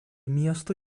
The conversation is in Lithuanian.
miesto